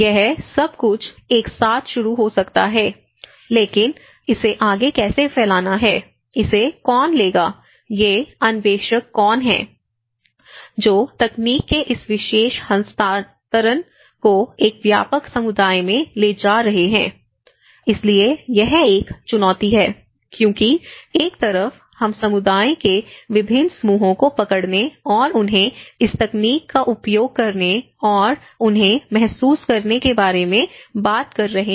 यह सब कुछ एक साथ शुरू हो सकता है लेकिन इसे आगे कैसे फैलाना है इसे कौन लेगा ये अन्वेषक कौन हैं जो तकनीक के इस विशेष हस्तांतरण को एक व्यापक समुदाय में ले जा रहे हैं इसलिए यह एक चुनौती है क्योंकि एक तरफ हम समुदायों के विभिन्न समूहों को पकड़ने और उन्हें इस तकनीक का उपयोग करने और उन्हें महसूस करने के बारे में बात कर रहे हैं